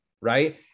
Right